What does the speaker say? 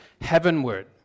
heavenward